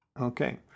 okay